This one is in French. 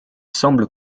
semble